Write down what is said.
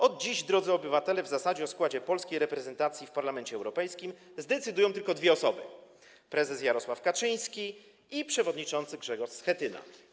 Od dziś, drodzy obywatele, w zasadzie o składzie polskiej reprezentacji w Parlamencie Europejskim zdecydują tylko dwie osoby: prezes Jarosław Kaczyński i przewodniczący Grzegorz Schetyna.